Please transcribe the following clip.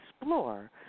explore